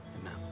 amen